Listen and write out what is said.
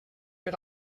per